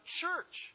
church